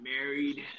married